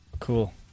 Cool